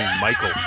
Michael